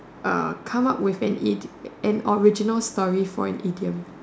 uh come up with an original story for an idiom